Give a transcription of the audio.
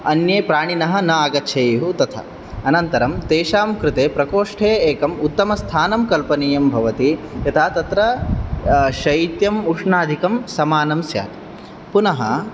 अन्ये प्राणिनः न आगच्छेयुः तथा अनन्तरम् तेषां कृते प्रकोष्ठे एकम् उत्तमस्थानं कल्पनीयं भवति यथा तत्र शैत्यम् उष्णादिकं समानं स्यात् पुनः